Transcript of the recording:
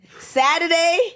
Saturday